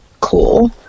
cool